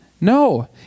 No